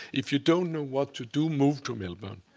if you don't know what to do, move to melbourne.